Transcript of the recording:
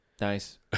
Nice